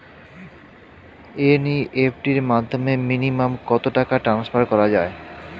NEFT র মাধ্যমে minimum কত টাকা টান্সফার করা যায়?